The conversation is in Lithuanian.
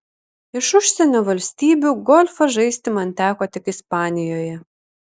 iš užsienio valstybių golfą žaisti man teko tik ispanijoje